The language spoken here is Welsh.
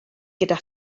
gyda